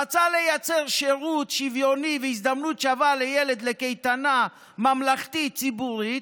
רצה לייצר שירות שוויוני והזדמנות שווה לילד לקייטנה ממלכתית ציבורית,